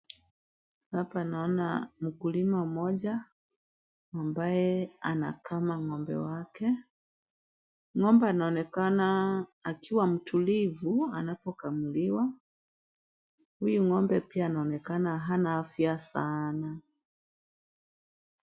Hapa naona mkulima moja ambaye anakama ng'ombe wake. Ng'ombe anaonekana akiwa mtulivu anapo kamuuliwa huyu ng'ombe pia anaonekana hana afya sana.